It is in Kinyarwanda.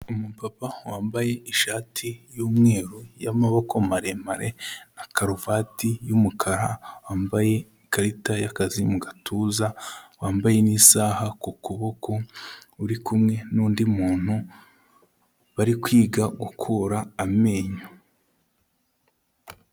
Umupapa wambaye ishati y'umweru y'amaboko maremare na karuvati y'umukara, wambaye ikarita y'akazi mu gatuza, wambaye n'isaha ku kuboko, uri kumwe n'undi muntu bari kwiga gukura amenyo.